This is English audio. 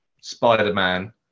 Spider-Man